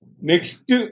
Next